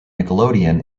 nickelodeon